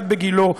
אחד בגילה,